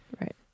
Right